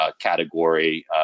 category